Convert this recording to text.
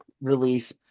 release